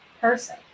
person